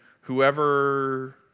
whoever